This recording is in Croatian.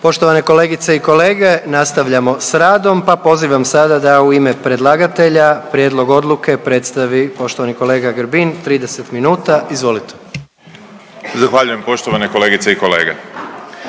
Poštovane kolegice i kolege nastavljamo s radom, pa pozivam sada da u ime predlagatelja prijedlog odluke predstavi poštovani kolega Grbin, 30 minuta. Izvolite. **Grbin, Peđa (SDP)** Zahvaljujem poštovane kolegice i kolege.